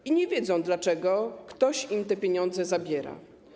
I nie wiedzą dlaczego, ktoś im te pieniądze zabiera.